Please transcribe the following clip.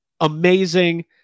amazing